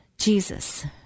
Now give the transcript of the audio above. Jesus